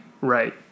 right